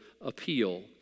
appeal